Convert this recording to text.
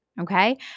Okay